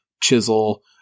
chisel